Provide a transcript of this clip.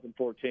2014